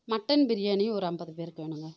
mutton biryani ஒரு ஐம்பது பேருக்கு வேணுங்க